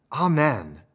Amen